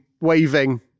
waving